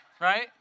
right